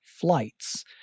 flights